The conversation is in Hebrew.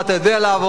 אתה יודע לעבוד,